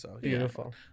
Beautiful